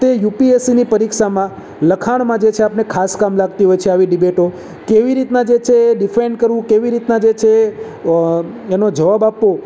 તે યુપીએસસીની પરીક્ષામાં લખાણમાં જે છે એ આપણને ખાસ કામ લાગતી હોય છે આવી ડીબેટો કેવી રીતના જે છે એ ડિફેન્ડ કરવું કેવી રીતના જે છે એ એનો જવાબ આપવો